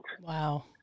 Wow